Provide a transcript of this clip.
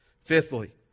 Fifthly